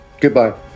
Goodbye